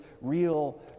real